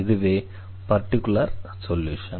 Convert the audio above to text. இதுவே particular solution